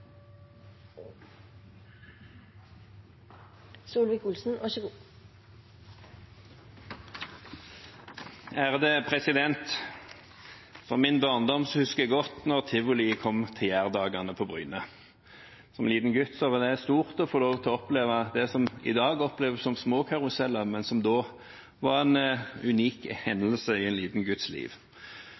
Fra min barndom husker jeg godt da tivoliet kom til jærdagene på Bryne. Som liten gutt var det stort å få lov til å oppleve det som i dag oppleves som små karuseller, men som da var en unik hendelse i en liten gutts liv.